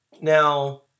Now